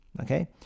okay